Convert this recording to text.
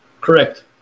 Correct